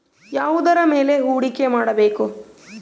ಯಾವುದರ ಮೇಲೆ ಹೂಡಿಕೆ ಮಾಡಬೇಕು?